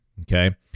Okay